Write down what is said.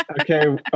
okay